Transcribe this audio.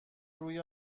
روی